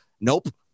nope